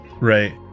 right